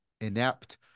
inept